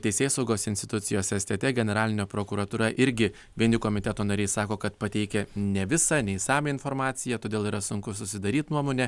teisėsaugos institucijos stt generalinė prokuratūra irgi vieni komiteto nariai sako kad pateikė ne visą neišsamią informaciją todėl yra sunku susidaryt nuomonę